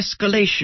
escalation